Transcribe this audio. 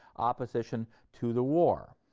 opposition to the war.